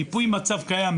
מיפוי מצב קיים,